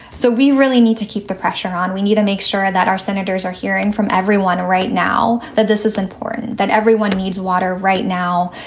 so we really need to keep the pressure on. we need to make sure that our senators are hearing from everyone right now that this is important, that everyone needs water right now,